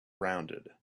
rounded